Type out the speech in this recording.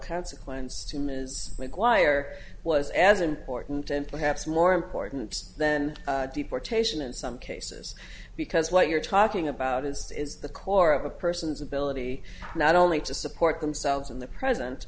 consequence to ms maguire was as important and perhaps more important then deportation in some cases because what you're talking about is is the core of a person's ability not only to support themselves in the present